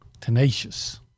tenacious